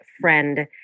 friend